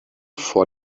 vor